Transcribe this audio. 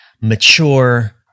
mature